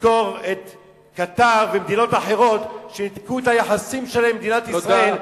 נזכור את קטאר ומדינות אחרות שניתקו את היחסים שלהן עם מדינת ישראל.